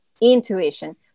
intuition